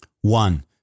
One